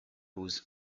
whose